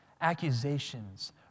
accusations